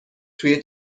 توی